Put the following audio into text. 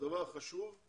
הדבר החשוב הוא